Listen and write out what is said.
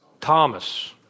Thomas